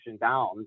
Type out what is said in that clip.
down